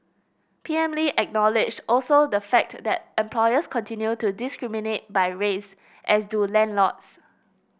P M Lee acknowledged also the fact that employers continue to discriminate by race as do landlords